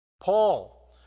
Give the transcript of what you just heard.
Paul